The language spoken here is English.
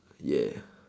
ya